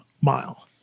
mile